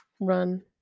Run